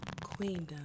Queendom